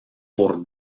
por